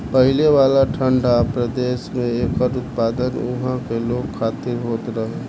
पहिले वाला ठंडा प्रदेश में एकर उत्पादन उहा के लोग खातिर होत रहे